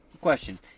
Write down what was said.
Question